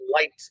light